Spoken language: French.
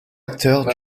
acteur